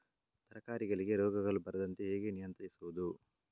ತರಕಾರಿಗಳಿಗೆ ರೋಗಗಳು ಬರದಂತೆ ಹೇಗೆ ನಿಯಂತ್ರಿಸುವುದು?